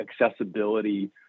accessibility